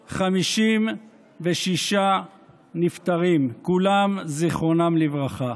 4,556 נפטרים, כולם זכרם לברכה.